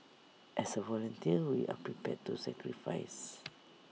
as A volunteer we are prepared to sacrifice